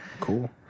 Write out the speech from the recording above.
Cool